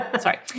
sorry